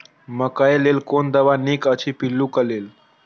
मकैय लेल कोन दवा निक अछि पिल्लू क लेल?